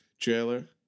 trailer